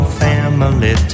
family